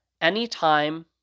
Anytime